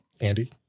Andy